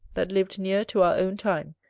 that lived near to our own time,